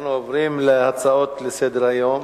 אנחנו עוברים להצעות לסדר-היום.